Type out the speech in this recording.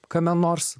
kame nors